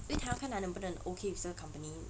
因为他要看他能不能 ok with 这个 company